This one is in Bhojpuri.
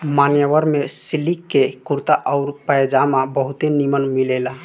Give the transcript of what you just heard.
मान्यवर में सिलिक के कुर्ता आउर पयजामा बहुते निमन मिलेला